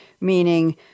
meaning